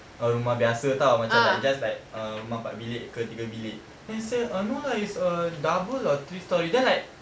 err rumah biasa [tau] macam just like err rumah empat bilik ke tiga bilik then she say no lah it's a double or three storey then like